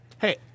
Hey